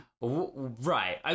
Right